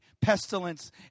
pestilence